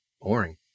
boring